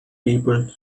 people